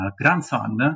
grandson